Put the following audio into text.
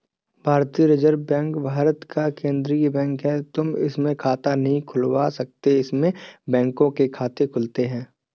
भारतीय reserve bank Bharat का केन्द्रीय बैंक है, तुम इसमें खाता नहीं खुलवा सकते इसमें बैंकों के खाते खुलते हैं